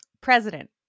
President